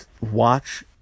watch